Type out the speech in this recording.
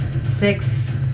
Six